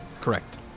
correct